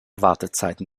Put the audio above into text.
wartezeiten